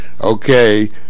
Okay